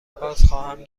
بازخواهم